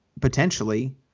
potentially